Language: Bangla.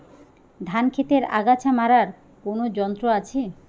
ধান ক্ষেতের আগাছা মারার কোন যন্ত্র আছে?